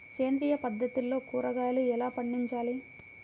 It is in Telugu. సేంద్రియ పద్ధతిలో కూరగాయలు ఎలా పండించాలి?